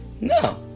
no